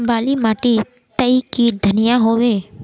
बाली माटी तई की धनिया होबे?